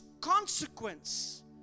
consequence